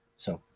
so,